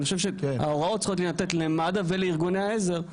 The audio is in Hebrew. אני חושב שההוראות צריכות להינתן למד"א ולארגוני העזר.